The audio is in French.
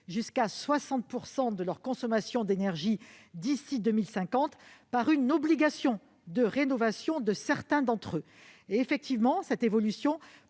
jusqu'à 60 % de leur consommation d'énergie d'ici à 2050 par une obligation de rénovation de certains d'entre eux. À mon sens, cela poserait